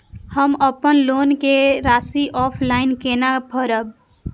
हम अपन लोन के राशि ऑफलाइन केना भरब?